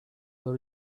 were